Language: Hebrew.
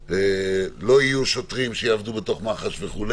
שלא יהיו שוטרים שיעבדו בתוך מח"ש וכו'.